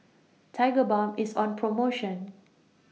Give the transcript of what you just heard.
Tigerbalm IS on promotion